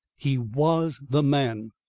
he was the man.